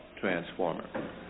transformer